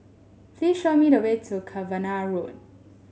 please show me the way to Cavenagh Road